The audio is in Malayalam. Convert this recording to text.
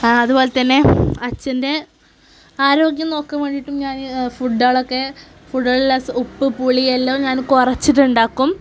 അതുപോലെത്തന്നെ അച്ഛൻ്റെ ആരോഗ്യം നോക്കാൻ വേണ്ടിയിട്ടും ഞാൻ ഫുഡ്ഡുകളൊക്കെ ഫുഡ്ഡിലെല്ലാം ഉപ്പ് പുളി എല്ലാം ഞാൻ കുറച്ചിട്ട് ഉണ്ടാക്കും